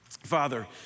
Father